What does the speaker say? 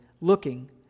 looking